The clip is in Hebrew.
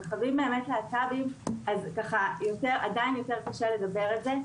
במרחבים להט"בים עדיין יותר קשה לדבר על זה.